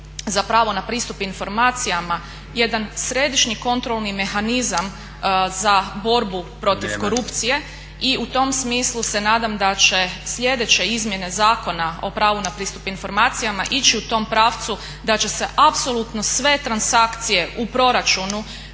za pravo na pristup informacijama jedan središnji kontrolni mehanizam za borbu protiv korupcije i u tom smislu se nadam … …/Upadica Stazić: Vrijeme./… … da će sljedeće izmjene Zakona o pravu na pristup informacijama ići u tom pravcu da će se apsolutno sve transakcije u proračunu